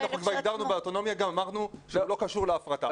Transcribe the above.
כשדנו באוטונומיה אמרנו שהוא לא קשור להפרטה.